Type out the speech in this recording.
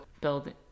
building